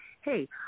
hey